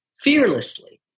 fearlessly